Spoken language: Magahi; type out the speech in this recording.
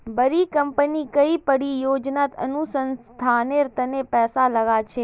बड़ी कंपनी कई परियोजनात अनुसंधानेर तने पैसा लाग छेक